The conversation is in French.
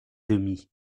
demie